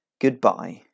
goodbye